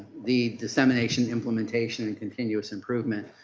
the dissemination, implementation, and continuous improvement.